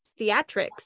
theatrics